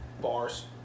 Bars